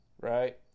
right